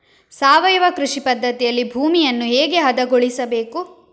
ಸಾವಯವ ಕೃಷಿ ಪದ್ಧತಿಯಲ್ಲಿ ಭೂಮಿಯನ್ನು ಹೇಗೆ ಹದಗೊಳಿಸಬೇಕು?